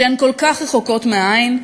שהן כל כך רחוקות מהעין,